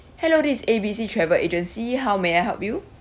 hello this is A B C travel agency how may I help you